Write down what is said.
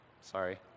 Sorry